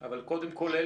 אבל קודם כל,